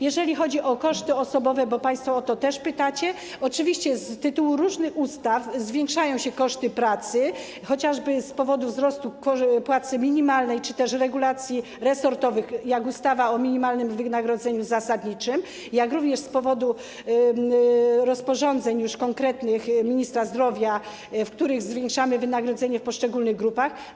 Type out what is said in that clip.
Jeżeli chodzi o koszty osobowe, bo państwo o to też pytacie, oczywiście z tytułu różnych ustaw zwiększają się koszty pracy, chociażby z powodu wzrostu płacy minimalnej czy też regulacji resortowych, np. ustawy o minimalnym wynagrodzeniu zasadniczym, jak również z powodu rozporządzeń ministra zdrowia, za sprawą których zwiększamy wynagrodzenie w poszczególnych grupach.